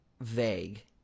vague